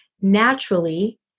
naturally